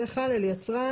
יצרן,